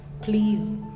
Please